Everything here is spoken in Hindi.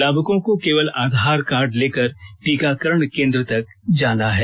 लाभुकों को केवल आधार कार्ड लेकर टीकाकरण केन्द्र तक जाना है